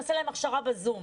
נעשה להם הכשרה בזום.